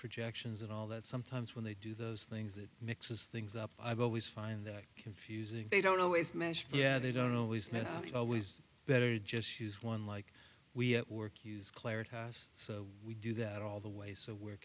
projections and all that sometimes when they do those things that mixes things up i've always find that confusing they don't always measure yeah they don't always make it always better just use one like we at work use clarity so we do that all the way so we're